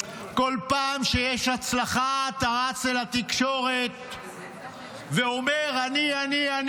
כל פעם שיש הצלחה אתה רץ לתקשורת ואומר: אני, אני,